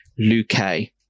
Luque